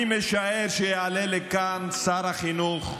אני משער שיעלה לכאן שר החינוך,